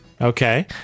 Okay